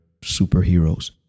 superheroes